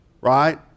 Right